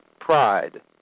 Pride